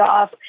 off